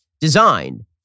designed